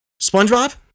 SpongeBob